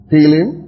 Healing